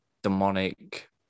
demonic